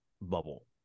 bubble